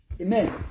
Amen